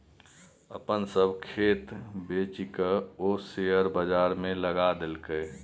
अपन सभ खेत बेचिकए ओ शेयर बजारमे लगा देलकै